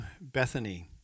Bethany